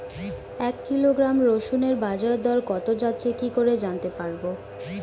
এক কিলোগ্রাম রসুনের বাজার দর কত যাচ্ছে কি করে জানতে পারবো?